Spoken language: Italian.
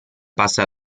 passa